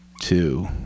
two